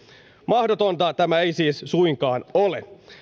mahdotonta tämä ei siis suinkaan ole